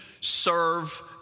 serve